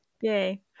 Yay